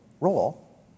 role